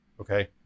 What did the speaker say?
Okay